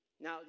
Now